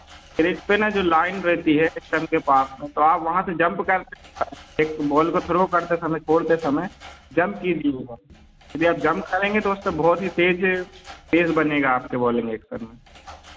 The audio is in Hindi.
क्रीज पर न जो लाइन रहती है एस्टम के पास में तो आप वहाँ से जब जम्प कर एक बॉल को थ्रो करते समय छोड़ते समय जम्प इजी होगा यदि आप जम्प करेंगे तो उसप बहुत ही तेज़ पेस बनेगा आपके बॉलिंग एक्सन में